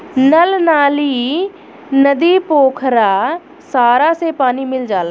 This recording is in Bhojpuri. नल नाली, नदी, पोखरा सारा से पानी मिल जाला